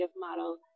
model